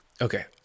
okay